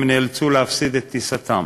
הם נאלצו להפסיד את טיסתם.